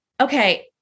okay